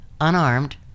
unarmed